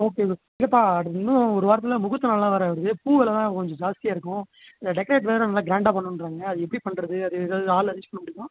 okay இல்லைப்பா அது இன்னும் ஒரு வாரத்தில் முகூர்த்த நாளெலாம் வேறு வருது பூ விலலாம் கொஞ்சம் ஜாஸ்தியாக இருக்கும் இந்த டெக்கரேட் வேறு நல்லா க்ராண்டா பண்ணுன்றாங்க அது எப்படி பண்ணுறது அது ஏதாவது ஆள் அரேஞ்ச் பண்ண முடியுமா